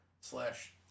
Slash